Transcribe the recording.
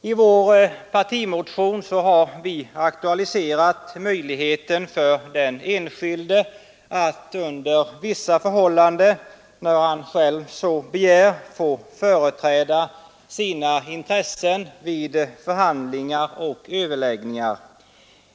I vår partimotion har vi aktualiserat möjligheten för den enskilde att under vissa förhållanden. när han själv så begär få företräda sina intressen vid förhandlingar och överläggningar.